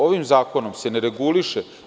Ovim zakonom se ne reguliše…